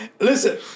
Listen